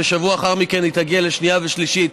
ושבוע לאחר מכן היא תגיע לשנייה ושלישית,